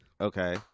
Okay